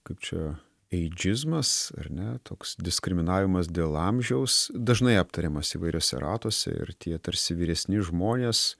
kaip čia eidžizmas ar ne toks diskriminavimas dėl amžiaus dažnai aptariamas įvairiuose ratuose ir tie tarsi vyresni žmonės